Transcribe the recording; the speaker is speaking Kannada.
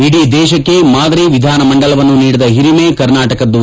ಇಡೀ ದೇಶಕ್ಕೆ ಮಾದರಿ ವಿಧಾನ ಮಂಡಲವನ್ನು ನೀಡಿದ ಹಿರಿಮೆ ಕರ್ನಾಟಕದ್ದು